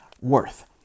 worth